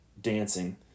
dancing